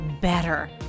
better